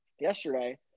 Yesterday